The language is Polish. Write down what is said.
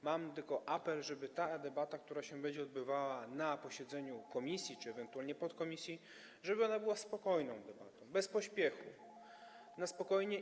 Mam tylko apel, żeby ta debata, która się będzie odbywała na posiedzeniu komisji czy ewentualnie podkomisji, była debatą spokojną, bez pośpiechu, na spokojnie.